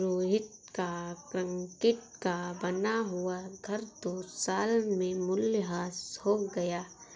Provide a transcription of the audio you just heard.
रोहित का कंक्रीट का बना हुआ घर दो साल में मूल्यह्रास हो गया